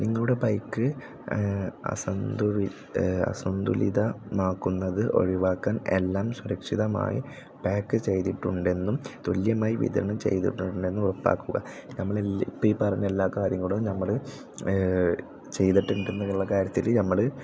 നിങ്ങളുടെ ബൈക്ക് അസന്തുലിത അസന്തുലിതമാക്കുന്നത് ഒഴിവാക്കാൻ എല്ലാം സുരക്ഷിതമായി പാക്ക് ചെയ്തിട്ടുണ്ടെന്നും തുല്യമായി വിതരണം ചെയ്തിട്ടുണ്ടെന്നും ഉറപ്പാക്കുക നമ്മൾ ഈ പറഞ്ഞ എല്ലാ കാര്യങ്ങളും നമ്മൾ ചെയ്തിട്ടുണ്ടെന്നുള്ള കാര്യത്തിൽ നമ്മൾ